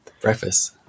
breakfast